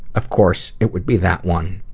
of course it would be that one.